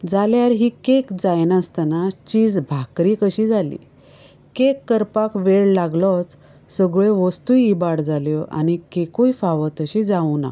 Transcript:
जाल्यार ही केक जायना आसतना चिज भाकरी कशी जाली केक करपाक वेळ लागलोच सगळ्यो वस्तूय इबाड जाल्यो आनी केकूय फाव तशी जावना